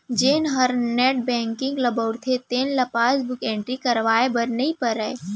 जेन हर net banking ल बउरथे तेन ल पासबुक एंटरी करवाए बर नइ परय